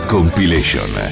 Compilation